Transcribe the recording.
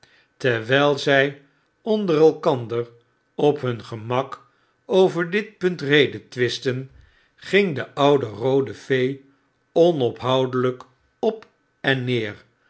terwyl zij onder elkander op hun gemak over dit punt redetwistten ging de oude roode pee onophoudelijk op en neer